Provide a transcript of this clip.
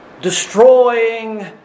Destroying